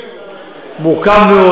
עוספיא ודאלית-אל-כרמל.